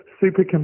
super